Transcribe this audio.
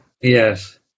Yes